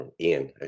Ian